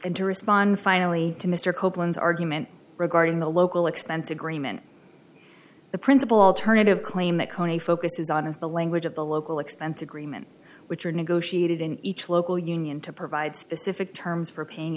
and to respond finally to mr copeland's argument regarding the local expense agreement the principle alternative claim that coney focuses on the language of the local expense agreement which are negotiated in each local union to provide specific terms for pain